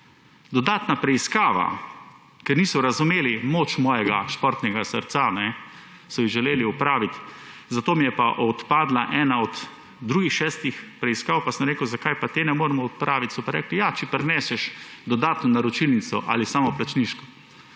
dodatne preiskave, ker niso razumeli moč mojega športnega srca, zato mi je pa odpadla ena od drugih šestih preiskav. Pa sem rekel – Zakaj pa te ne moremo opraviti? So pa rekli – Ja, če prineseš dodatno naročilnico ali samoplačniško.